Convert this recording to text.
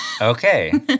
Okay